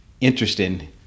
interesting